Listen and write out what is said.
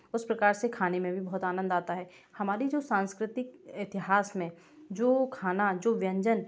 उस प्रकार से खाने में भी बहुत आनंद आता है हमारी जो सांस्कृतिक इतिहास में जो खाना जो व्यंजन